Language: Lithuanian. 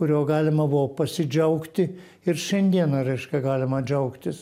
kuriuo galima buvo pasidžiaugti ir šiandieną reiškia galima džiaugtis